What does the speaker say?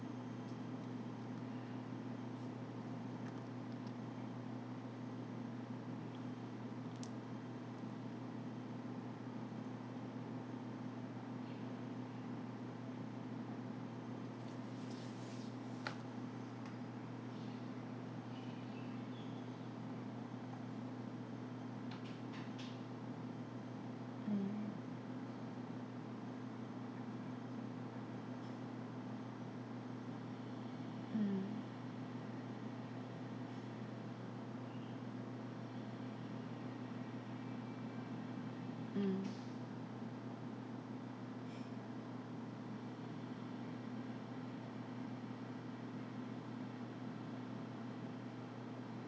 mm mm mm